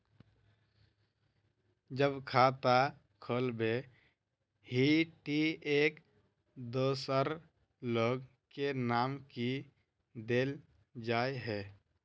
जब खाता खोलबे ही टी एक दोसर लोग के नाम की देल जाए है?